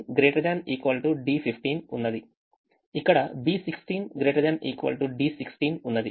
ఇక్కడ B16 ≥ D16 ఉన్నది